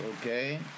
Okay